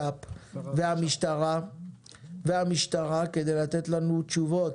לביטחון פנים והמשטרה כדי לתת לנו תשובות,